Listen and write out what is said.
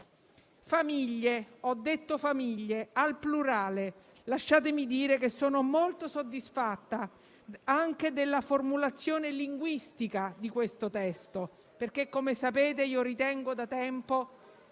ho detto famiglie al plurale: lasciatemi dire che sono molto soddisfatta anche della formulazione linguistica di questo testo perché, come sapete, ritengo da tempo